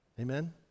Amen